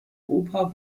oper